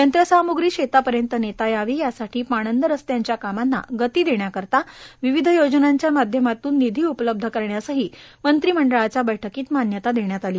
यंत्रसामग्री शेतापर्यंत नेता यावी यासाठी पाणंद रस्त्यांच्या क्रमांना गती देण्याकरता विविष योजनांच्या माध्यमातून निधी उपलब्ध करण्यासही मंत्रिमंडळाच्या बैठक्रीत मान्यता देण्यात आली